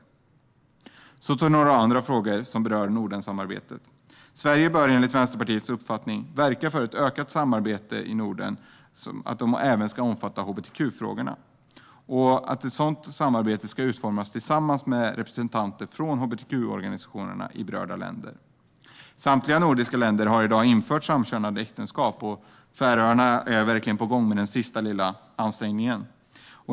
Jag går nu över till några andra frågor som berör Nordensamarbetet. Sverige bör enligt Vänsterpartiets uppfattning verka för ett ökat samarbete i Norden och att detta även ska omfatta hbtq-frågorna. Ett sådant samarbete måste utformas tillsammans med representanter från hbtq-organisationerna i de berörda länderna. Samtliga nordiska länder har i dag infört samkönade äktenskap, och Färöarna är på gång med den sista lilla ansträngningen.